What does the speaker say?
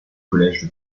collège